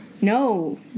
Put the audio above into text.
no